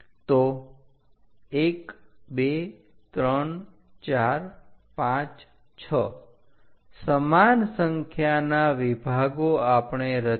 તો 1 2 3 4 5 6 સમાન સંખ્યાના વિભાગો આપણે રચ્યા